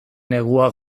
negua